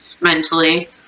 mentally